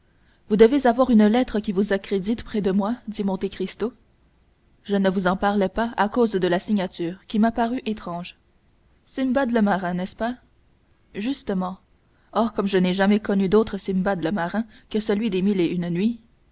vous devez avoir une lettre qui vous accrédite près de moi dit monte cristo je ne vous en parlais pas à cause de la signature qui m'a paru étrange simbad le marin n'est-ce pas justement or comme je n'ai jamais connu d'autre simbad le marin que celui des mille et une nuits